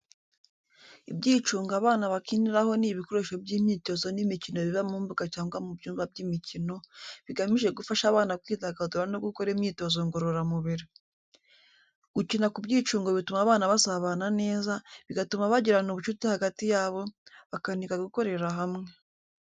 Ibyicungo abana bakiniraho ni ibikoresho by'imyitozo n'imikino biba mu mbuga cyangwa mu byumba by'imikino, bigamije gufasha abana kwidagadura no gukora imyitozo ngororamubiri. Gukina ku byicungo bituma abana basabana neza, bigatuma bagirana ubucuti hagati yabo, bakaniga gukorera hamwe.